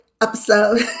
episode